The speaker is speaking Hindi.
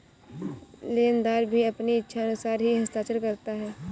लेनदार भी अपनी इच्छानुसार ही हस्ताक्षर करता है